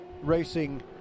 racing